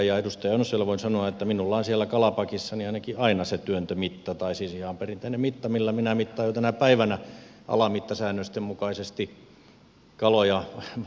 edustaja oinoselle voin sanoa että minulla ainakin on kalapakissani aina perinteinen mitta millä minä mittaan jo tänä päivänä alamittasäännösten mukaisesti kaloja